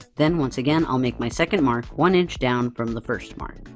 then, once again i'll make my second mark one inch down from the first mark.